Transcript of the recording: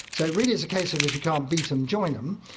so really it's a case of if you can't beat em, join em.